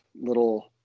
little